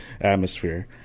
atmosphere